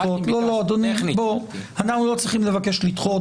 לא, אדוני, אנחנו לא צריכים לבקש לדחות.